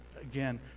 again